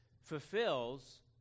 fulfills